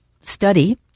study